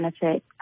benefit